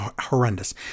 horrendous